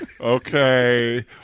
Okay